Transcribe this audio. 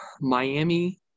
Miami